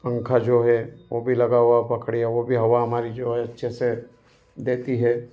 पंखा जो हैं ओ भी लगा हुआ पखरी वो भी हवा हमारी जो है अच्छे से देती है